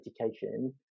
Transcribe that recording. education